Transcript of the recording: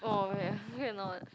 oh ya okay not